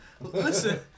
Listen